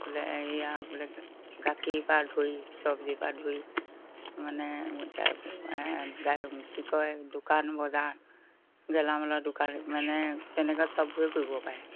বোলে এইয়া বোলে গাখীৰ পৰা ধৰি চব্জিৰ পৰা ধৰি মানে এতিয়া গাই কি কয় দোকান বজাৰ গেলামালৰ দোকান মানে তেনেকুৱা সববোৰে কৰিব পাৰে